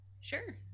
Sure